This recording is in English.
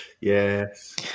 Yes